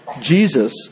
Jesus